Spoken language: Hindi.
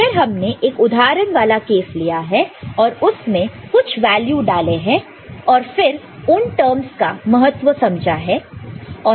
फिर हमने एक उदाहरण वाला केस लिया है और उसमें कुछ वैल्यू डाले हैं और फिर उन टर्मस का महत्व समझा है